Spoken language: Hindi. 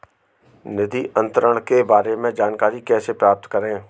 निधि अंतरण के बारे में जानकारी कैसे प्राप्त करें?